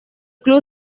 club